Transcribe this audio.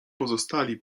pozostali